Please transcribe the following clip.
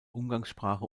umgangssprache